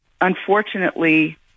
unfortunately